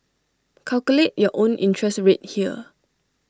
calculate your own interest rate here